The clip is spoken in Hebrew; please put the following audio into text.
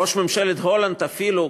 ראש ממשלת הולנד אפילו,